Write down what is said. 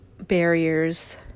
barriers